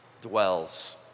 dwells